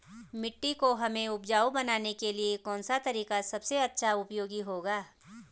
मिट्टी को हमें उपजाऊ बनाने के लिए कौन सा तरीका सबसे अच्छा उपयोगी होगा?